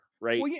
right